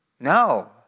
No